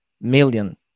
million